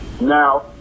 Now